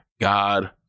God